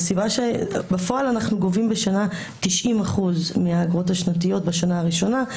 בפועל אנחנו גובים בשנה 90% מהאגרות השנתיות בשנה בראשונה,